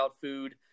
food